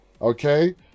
Okay